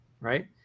right